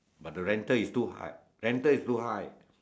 but the rental is too high rental is too high